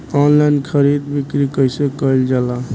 Online खरीद बिक्री कइसे कइल जाला?